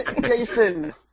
Jason